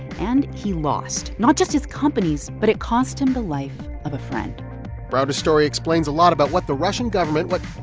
and he lost not just his companies, but it cost him the life of a friend browder's story explains a lot about what the russian government what,